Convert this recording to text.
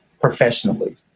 professionally